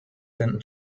than